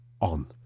on